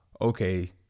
okay